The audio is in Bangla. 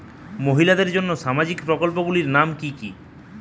মহিলাদের জন্য সামাজিক প্রকল্প গুলির নাম কি কি?